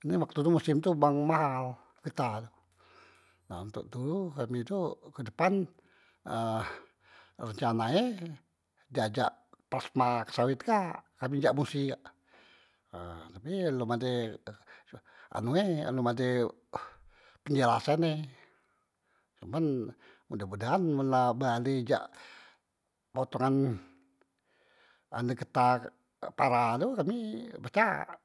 karne waktu tu musem tu bang mahal getah tu, nah ntok tu kami tu kedepan rencana e di ajak plasma ke sawet kak kami jak musi kak ha kami lom ade anu e lom ade penjelasan e, cuman mudah- mudahan men la be alih jak potongan anu getah para tu kami pacak.